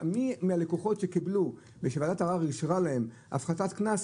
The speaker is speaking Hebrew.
מהלקוחות שקיבלו ושוועדת הערר אישרה להם הפחתת קנס,